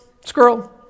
squirrel